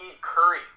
Curry